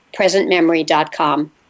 presentmemory.com